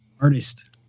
artist